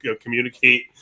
communicate